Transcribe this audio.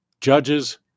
judges